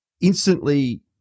instantly –